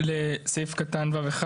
לסעיף (ו)(1),